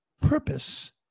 purpose